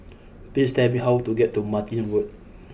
please tell me how to get to Martin Road